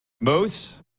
Moose